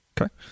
Okay